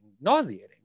nauseating